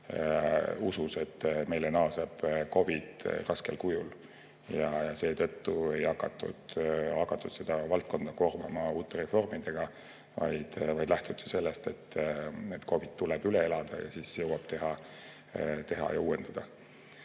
usus, et meile naaseb COVID raskel kujul, ja seetõttu ei hakatud seda valdkonda koormama uute reformidega, vaid lähtuti sellest, et COVID tuleb üle elada ja siis jõuab teha ja uuendada.